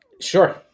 Sure